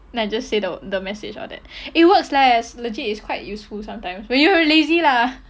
then I just say the the message all that it works leh legit it's quite useful sometimes when you're lazy lah